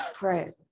right